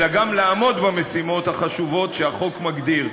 גם לעמוד במשימות החשובות שהחוק מגדיר.